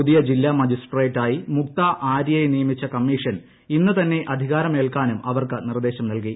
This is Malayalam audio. പുതിയ ജില്ലാ മജിസ്ട്രേട്ടായി മുക്ത ആര്യയെ നിയമിച്ച കമ്മീഷൻ ഇന്ന് തന്നെ അധികാരമേൽക്കാനും അവർക്ക് നിർദ്ദേശം നൽകി